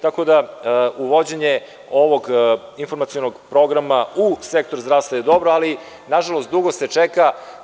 Tako da uvođenje ovog informacionog programa u sektoru zdravstva je dobra, ali nažalost dugo se čeka.